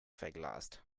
verglast